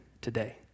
today